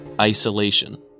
Isolation